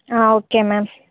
okay ma'am